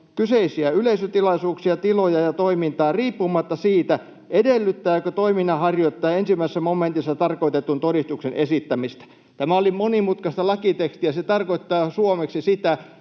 kyseisiä yleisötilaisuuksia, tiloja ja toimintaa riippumatta siitä, edellyttääkö toiminnanharjoittaja 1 momentissa tarkoitetun todistuksen esittämistä”? Tämä oli monimutkaista lakitekstiä. Se tarkoittaa suomeksi sitä,